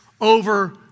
over